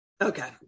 Okay